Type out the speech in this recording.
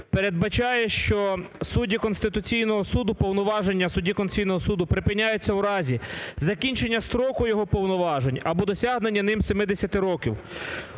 передбачає, що судді Конституційного Суду, повноваження судді Конституційного Суду, припиняються у разі закінчення строку його повноважень або досягнення ним 70 років.